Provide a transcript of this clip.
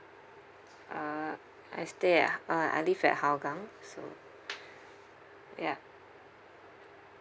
uh I stay ah uh I live at hougang so ya